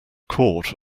court